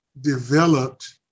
developed